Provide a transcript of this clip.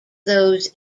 those